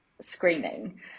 screaming